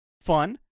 fun